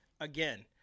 again